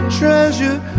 treasure